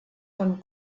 von